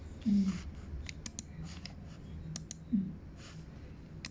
mm